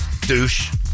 Douche